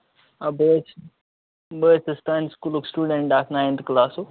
آ بہٕ حظ چھُس بہٕ حظ چھُس تُہٕنٛدِ سکوٗلُک سِٹوٗڈَنٛٹ اکھ نایِنتھٕ کَلاسُک